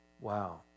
Wow